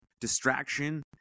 Distraction